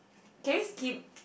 can you skip